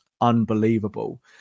unbelievable